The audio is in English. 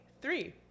three